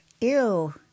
Ew